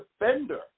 defender